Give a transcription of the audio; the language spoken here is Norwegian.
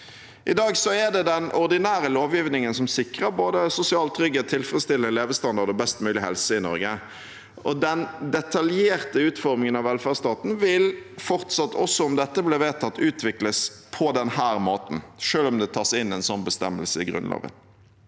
I dag er det den ordinære lovgivningen som sikrer både sosial trygghet, tilfredsstillende levestandard og best mulig helse i Norge. Den detaljerte utformingen av velferdsstaten vil fortsatt – også om dette ble vedtatt – utvikles på denne måten selv om det skulle tas inn en sånn bestemmelse i Grunnloven.